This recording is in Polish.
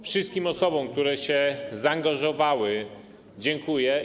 Wszystkim osobom, które się zaangażowały, dziękuję.